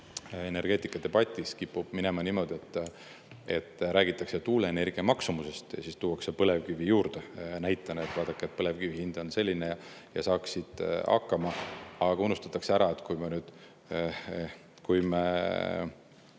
energeetikadebatis kipub minema niimoodi, et räägitakse tuuleenergia maksumusest ja siis tuuakse juurde näide, et vaadake, põlevkivi hind on selline ja saaksime hakkama. Aga unustatakse ära, et kui me tahaks